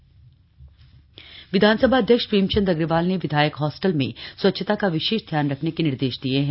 विधायक हॉस्टल विधानसभा अध्यक्ष प्रेमचंद अग्रवाल ने विधायक हॉस्टल में स्वच्छता का विशेष ध्यान रखने के निर्देश दिये हैं